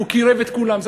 הוא קירב את כולם,